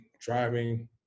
driving